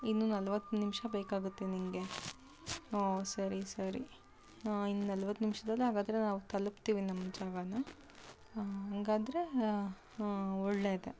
ಇನ್ನೂ ನಲವತ್ತು ನಿಮಿಷ ಬೇಕಾಗುತ್ತೆ ನಿನಗೆ ಹಾಂ ಸರಿ ಸರಿ ಇನ್ನು ನಲವತ್ತು ನಿಮಿಷದಲ್ಲಿ ಹಾಗಾದರೆ ನಾವು ತಲುಪ್ತೀವಿ ನಮ್ಮ ಜಾಗನ ಹಾಗೆಂದ್ರೆ ಒಳ್ಳೆಯದೆ